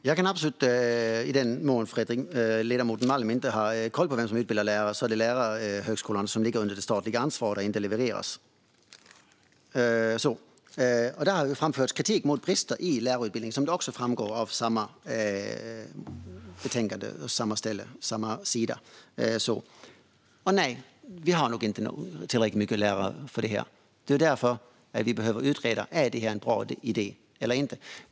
Fru talman! Om ledamoten Malm inte har koll på vem som utbildar lärare kan jag berätta att det är lärarhögskolan, som ligger under statligt ansvar. Det har framförts kritik mot brister i lärarutbildningen, vilket också framgår på samma sida i betänkandet. Nej, vi har nog inte tillräckligt med lärare för detta. Därför behöver vi utreda om detta är en bra idé eller inte.